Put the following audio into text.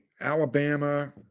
Alabama